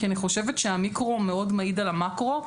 כי אני חושבת שהמיקרו מאוד מעיד על המקרו,